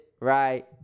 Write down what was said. right